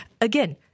Again